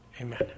Amen